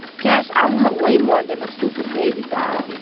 cash i want way more than a stupid baby doll.